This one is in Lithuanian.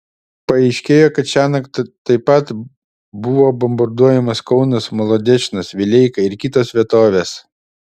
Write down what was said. paaiškėjo kad šiąnakt taip pat buvo bombarduojamas kaunas molodečnas vileika ir kitos vietovės